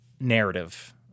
narrative